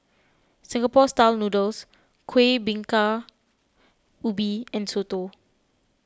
Singapore Style Noodles Kuih Bingka Ubi and Soto